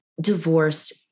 divorced